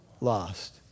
Lost